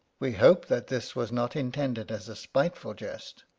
we hope that this was not intended as a spiteful jest